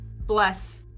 bless